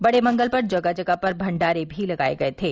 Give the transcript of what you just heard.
बड़े मंगल पर जगह जगह पर भंडारे भी लगाये गय थे